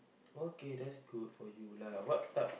okay that's good for you lah what type